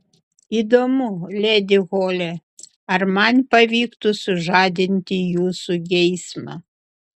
įdomu ledi hole ar man pavyktų sužadinti jūsų geismą